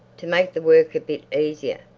to make the work a bit easier.